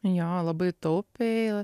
jo labai taupiai